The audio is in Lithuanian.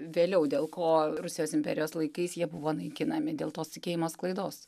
vėliau dėl ko rusijos imperijos laikais jie buvo naikinami dėl tos tikėjimo sklaidos